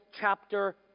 chapter